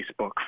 Facebook